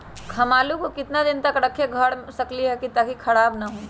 हम आलु को कितना दिन तक घर मे रख सकली ह ताकि खराब न होई?